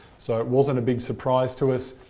so it wasn't a big surprise to us,